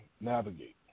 navigate